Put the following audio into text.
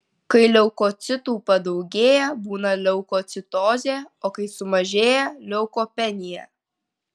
kai leukocitų padaugėja būna leukocitozė o kai sumažėja leukopenija